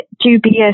dubious